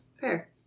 Fair